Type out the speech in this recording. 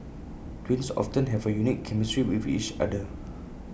twins often have A unique chemistry with each other